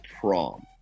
prom